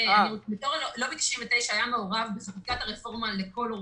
לובי 99 היה מעורב בחקיקת הרפורמה לכל אורכה.